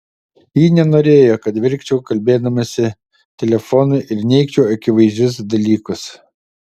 ji nenorėjo kad verkčiau kalbėdamasi telefonu ir neigčiau akivaizdžius dalykus